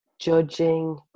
judging